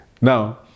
Now